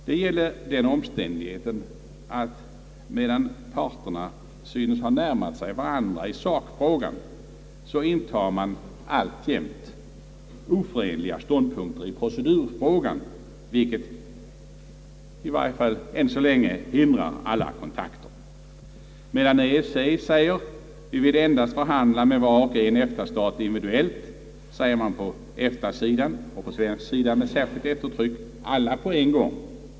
Det gäller den omständigheten att, medan parterna synes ha närmat sig varandra i sakfrågan, intar man alltjämt oförenliga ståndpunkter i procedurfrågan, vilket i varje fall än så länge hindrar alla kontakter. Medan EEC säger: Vi vill endast förhandla med var och en EFTA-stat individnuellt, säger man på EFTA-sidan och på svensk sida med särskilt eftertryck: Alla på en gång.